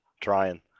trying